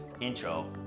intro